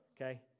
okay